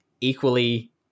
equally